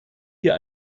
hier